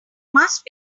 must